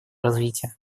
развития